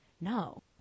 No